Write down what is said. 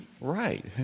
Right